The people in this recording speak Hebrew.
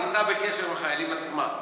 נמצא בקשר עם החיילים עצמם.